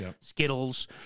Skittles